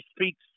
speaks